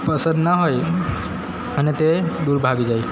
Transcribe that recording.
પસંદ ના હોય અને તે દૂર ભાગી જાએ